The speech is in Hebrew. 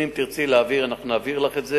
תרצי נתונים, נעביר לך את זה.